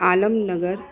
Alam Nagar